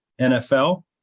NFL